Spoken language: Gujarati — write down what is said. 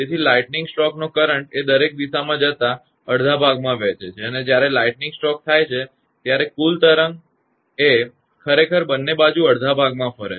તેથી લાઈટનિંગ સ્ટ્રોકનો કરંટ એ દરેક દિશામાં જતા અડધા ભાગમાં વહેંચે છે અને જ્યારે લાઈટનિંગ સ્ટ્રોક થાય છે ત્યારે કુલ તરંગ ખરેખર બંને બાજુ અડધા ભાગમાં ફરે છે